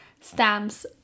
stamps